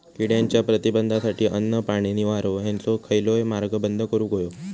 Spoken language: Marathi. किड्यांच्या प्रतिबंधासाठी अन्न, पाणी, निवारो हेंचो खयलोय मार्ग बंद करुक होयो